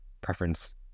preference